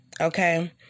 Okay